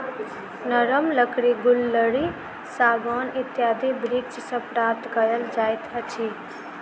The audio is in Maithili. नरम लकड़ी गुल्लरि, सागौन इत्यादि वृक्ष सॅ प्राप्त कयल जाइत अछि